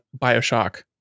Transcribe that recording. bioshock